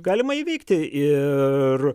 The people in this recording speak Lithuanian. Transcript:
galima įveikti ir